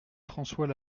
françois